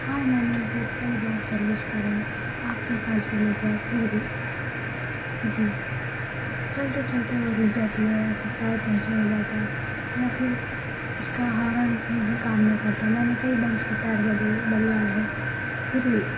ہاں میں نے اسے کئی بار سروس کرائے آپ کے پاس بھی لے کے آئے پھر بھی جی چلتے چلتے وہ رک جاتی ہے یا پھر ٹائر پنکچر ہو جاتا ہے یا پھر اس کا ہارن صحیح سے کام نہیں کرتا میں نے کئی بار اس کے ٹائر بدل بدلوائے ہیں پھر بھی